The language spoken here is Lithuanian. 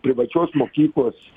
privačios mokyklos